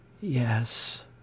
Yes